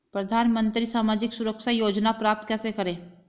प्रधानमंत्री सामाजिक सुरक्षा योजना प्राप्त कैसे करें?